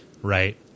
Right